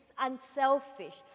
unselfish